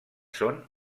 són